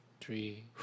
three